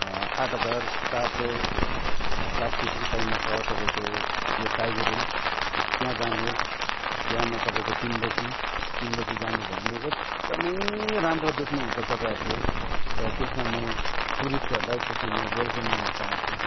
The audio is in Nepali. आठ हजार चार सय सात फीट उचाइमा छ तपाईँको यो टाइगर हिल त्यहाँ जानुहोस् बिहान तपाईँको तिन बजी तिन बजी जानुभयो भने एकदमै राम्रो देख्नु हुन्छ तपाईँहरूले र त्यसमा म टुरिस्टहरूलाई त्यसमा म वेलकम गर्न चाहन्छु